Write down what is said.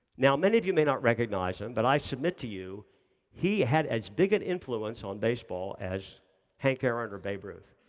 now many of you may not recognize him, but i submit to you he had as big influence on baseball as hank aaron or babe ruth.